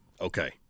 Okay